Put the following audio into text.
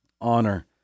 honor